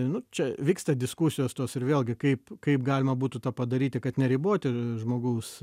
nu čia vyksta diskusijos tos ir vėlgi kaip kaip galima būtų tą padaryti kad neriboti žmogaus